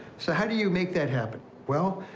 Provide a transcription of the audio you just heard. so how do you make that happen? well,